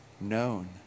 known